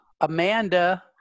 Amanda